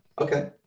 Okay